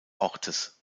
ortes